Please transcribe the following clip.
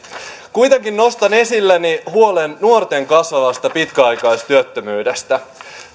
kuitenkin nostan esille huolen nuorten kasvavasta pitkäaikaistyöttömyydestä